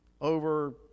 over